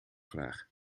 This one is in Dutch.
graag